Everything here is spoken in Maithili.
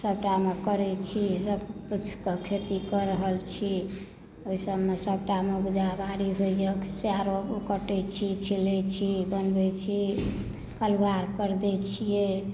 सबटामे करय छी सब किछु कऽ खेती कऽ रहल छी ओइ सबमे सभटामे उपजा बारी होइए सएह ओ कटय छी छिलै छी बनबय छी कलवारपर दे छियै